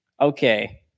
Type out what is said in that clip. okay